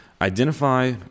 identify